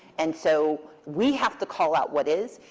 and so we have to call out what is.